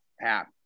half